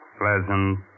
Pleasant